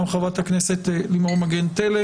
חבר הכנסת רוטמן.